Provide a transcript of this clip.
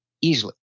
easily